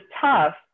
tough